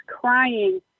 crying